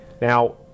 Now